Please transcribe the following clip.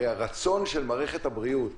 הרי הרצון של מערכת הבריאות